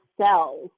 cells